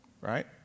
right